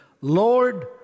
Lord